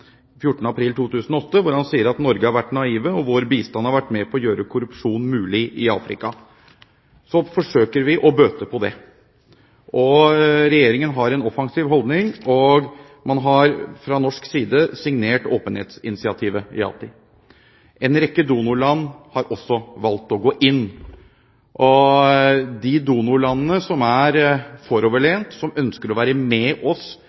14. april 2008, hvor han sier at «Norge har vært naive og vår bistand har vært med på å gjøre korrupsjon mulig i Afrika». Så forsøker vi å bøte på det. Regjeringen har en offensiv holdning, og man har fra norsk side signert åpenhetsinitiativet IATI. En rekke donorland har også valgt å gå inn. De donorlandene som er foroverlent, som ønsker å være med oss